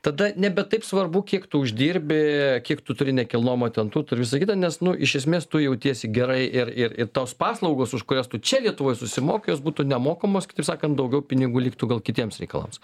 tada nebe taip svarbu kiek tu uždirbi kiek tu turi nekilnojamo ten turto ir visa kita nes nu iš esmės tu jautiesi gerai ir ir ir tos paslaugos už kurias tu čia lietuvoj susimoki jos būtų nemokamos kitaip sakant daugiau pinigų liktų gal kitiems reikalams